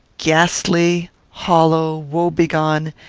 ghastly, hollow, woe-begone,